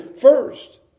first